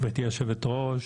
גברתי היו"ר,